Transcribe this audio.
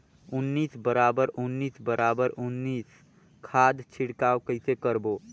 उन्नीस बराबर उन्नीस बराबर उन्नीस खाद छिड़काव कइसे करबो?